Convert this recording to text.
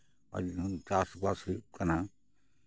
ᱡᱮᱢᱚᱱ ᱪᱟᱥᱼᱵᱟᱥ ᱦᱩᱭᱩᱜ ᱠᱟᱱᱟ